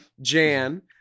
Jan